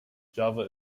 java